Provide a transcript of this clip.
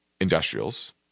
industrials